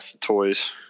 toys